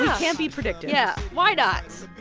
can't be predictive yeah, why not?